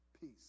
Peace